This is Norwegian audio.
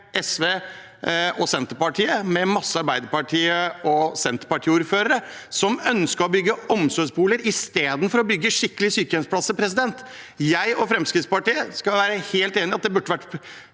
SV og Senterpartiet, med mange Arbeiderparti- og Senterpartiordførere, som ønsket å bygge omsorgsboliger istedenfor å bygge skikkelige sykehjemsplasser. Jeg og Fremskrittspartiet skal være helt enig i at det burde vært